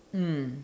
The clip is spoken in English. mm